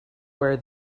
where